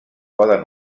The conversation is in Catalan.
poden